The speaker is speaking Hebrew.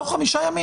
תוך 5 ימים.